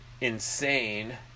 insane